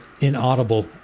inaudible